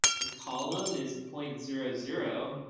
the column is point zero zero,